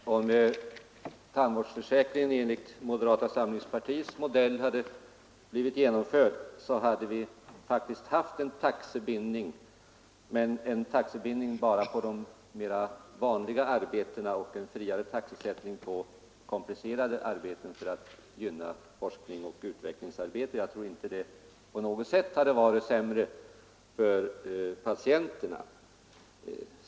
Fru talman! Om tandvårdsförsäkringen enligt moderata samlingspartiets modell blivit genomförd, så hade vi faktiskt haft en taxebindning, men bara på de mera vanliga arbetena, och en friare taxesättning på komplicerade arbeten för att gynna forskning och utvecklingsarbeten. Jag tror inte att det på något sätt hade varit sämre för patienterna.